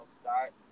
start